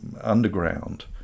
underground